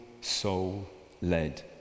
soul-led